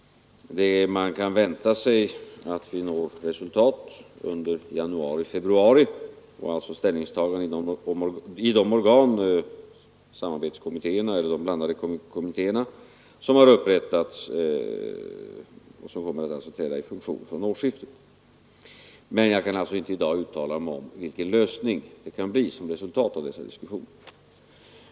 Man kan under januari eller februari vänta sig ett ställningstagande från de samarbetskommittéer eller blandade kommittéer som har upprättats och som kommer att träda i funktion från årsskiftet. Jag kan alltså i dag inte uttala mig om vilken lösning som kan bli resultatet av dessa diskussioner.